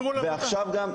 ודאי שאפשר,